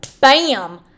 bam